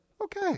okay